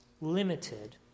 limited